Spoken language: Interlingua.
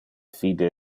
fide